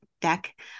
deck